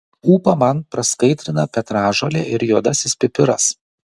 ūpą man praskaidrina petražolė ir juodasis pipiras